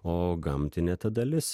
o gamtinė ta dalis